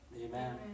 Amen